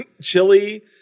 Chili